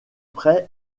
près